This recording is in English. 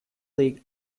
league